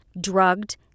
drugged